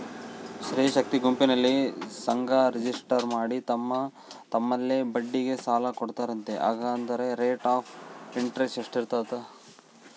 ಸ್ತ್ರೇ ಶಕ್ತಿ ಗುಂಪಿನಲ್ಲಿ ಸಂಘ ರಿಜಿಸ್ಟರ್ ಮಾಡಿ ತಮ್ಮ ತಮ್ಮಲ್ಲೇ ಬಡ್ಡಿಗೆ ಸಾಲ ಕೊಡ್ತಾರಂತೆ, ಹಂಗಾದರೆ ರೇಟ್ ಆಫ್ ಇಂಟರೆಸ್ಟ್ ಎಷ್ಟಿರ್ತದ?